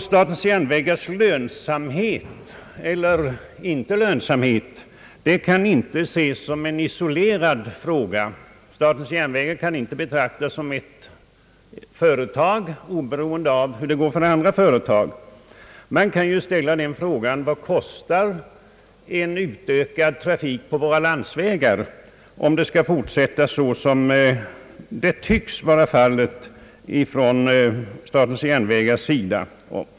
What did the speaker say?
Statens järnvägars lönsamhet eller icke lönsamhet kan inte ses som en isolerad fråga. SJ kan inte betraktas som ett företag som är oberoende av hur det går för andra företag. Man kan ställa frågan: Vad kostar en utökad trafik på våra landsvägar om det skall fortsätta så som det tycks vara fallet från statens järnvägars sida?